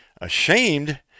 Ashamed